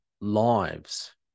lives